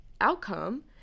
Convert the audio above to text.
outcome